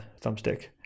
thumbstick